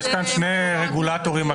יש כאן שני רגולטורים אקטיביים.